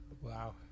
Wow